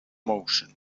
motion